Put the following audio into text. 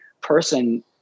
person